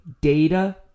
Data